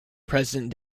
present